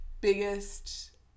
biggest